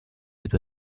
due